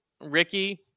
Ricky